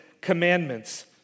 commandments